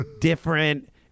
different